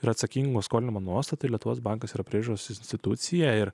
ir atsakingo skolinimo nuostatai lietuvos bankas yra priežiūros institucija ir